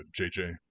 JJ